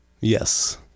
Yes